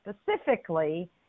specifically